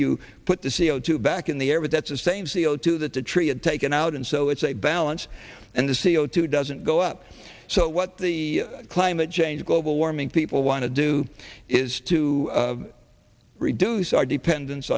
you put the c o two back in the air but that's the same c o two that the tree had taken out and so it's a balance and the c o two doesn't go up so what the climate change global warming people want to do is to reduce our dependence